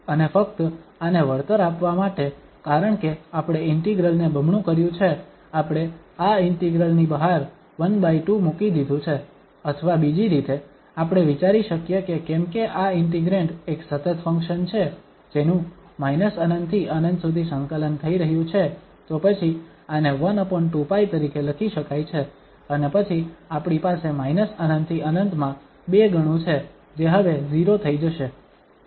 અને ફક્ત આને વળતર આપવા માટે કારણકે આપણે ઇન્ટિગ્રલ ને બમણું કર્યું છે આપણે આ ઇન્ટિગ્રલ ની બહાર 12 મૂકી દીધું છે અથવા બીજી રીતે આપણે વિચારી શકીએ કે કેમકે આ ઇન્ટિગ્રેંડ એક સતત ફંક્શન છે જેનું −∞ થી ∞ સુધી સંકલન થઈ રહ્યું છે તો પછી આને 12π તરીકે લખી શકાય છે અને પછી આપણી પાસે ∞ થી ∞ માં 2 ગણું છે જે હવે 0 થઈ જશે